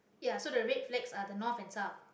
ya so the red flags are the north and south